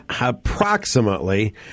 Approximately